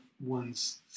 one's